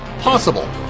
possible